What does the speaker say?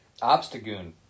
Obstagoon